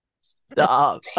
Stop